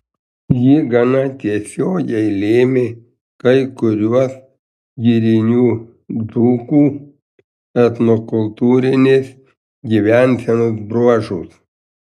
ji gana tiesiogiai lėmė kai kuriuos girinių dzūkų etnokultūrinės gyvensenos bruožus